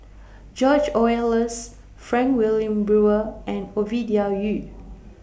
George Oehlers Frank Wilmin Brewer and Ovidia Yu